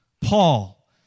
Paul